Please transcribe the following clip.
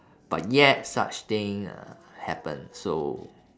but yet such thing uh happened so